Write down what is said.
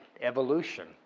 evolution